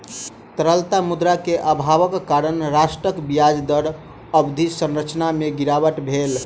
तरल मुद्रा के अभावक कारण राष्ट्रक ब्याज दर अवधि संरचना में गिरावट भेल